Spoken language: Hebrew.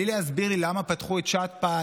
בלי להסביר לי למה פתחו את שתפ"א,